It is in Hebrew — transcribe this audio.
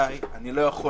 אני לא יכול